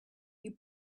you